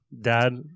Dad